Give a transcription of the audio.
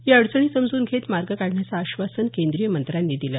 या अडचणी समजून घेत मार्ग काढण्याचं आश्वासन केंद्रीय मंत्र्यांनी दिलं